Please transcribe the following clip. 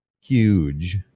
huge